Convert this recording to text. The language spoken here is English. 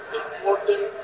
important